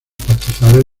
pastizales